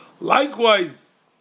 Likewise